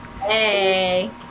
Hey